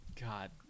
God